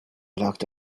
locked